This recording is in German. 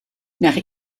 nach